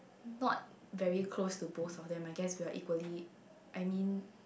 not very close to both of them I guess we are equally I mean